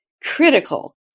critical